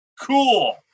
cool